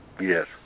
yes